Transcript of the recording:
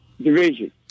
division